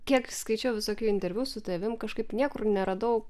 kiek skaičiau visokių interviu su tavim kažkaip niekur neradau